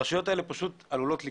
הרשויות האלה פשוט עלולות לקרוס.